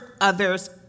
others